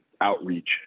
outreach